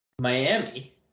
Miami